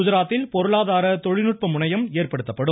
குஜராத்தில் பொருளாதார தொழில்நுட்ப முனையம் ஏற்படுத்தப்படும்